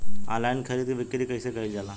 Online खरीद बिक्री कइसे कइल जाला?